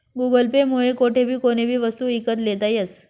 Google Pay मुये कोठेबी कोणीबी वस्तू ईकत लेता यस